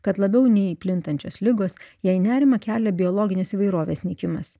kad labiau nei plintančios ligos jai nerimą kelia biologinės įvairovės nykimas